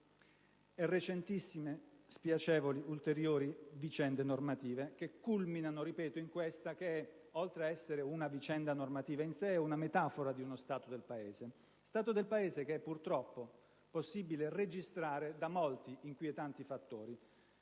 recentissime spiacevoli ulteriori vicende normative, che culminano in questa che, oltre ad essere una vicenda normativa in sé, è una metafora di uno stato del Paese: stato del Paese che, purtroppo, è possibile registrare da molti inquietanti fattori.